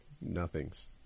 nothings